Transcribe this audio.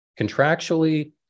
contractually